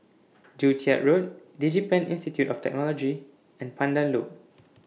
Joo Chiat Road Digipen Institute of Technology and Pandan Loop